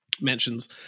mentions